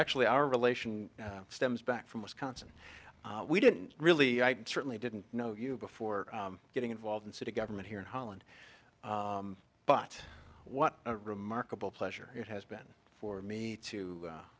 actually our relation stems back from wisconsin we didn't really certainly didn't know you before getting involved in city government here in holland but what a remarkable pleasure it has been for me to